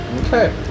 Okay